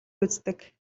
үздэг